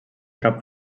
cap